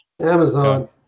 Amazon